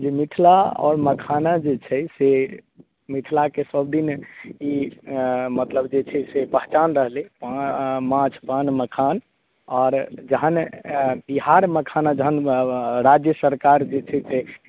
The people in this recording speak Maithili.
जे मिथिला आओर मखाना जे छै से मिथिलाके सब दिन ई मतलब जे छै से पहचान रहलै माछ पान मखान आओर जहन बिहार मखाना जहन राज्य सरकार जे छै से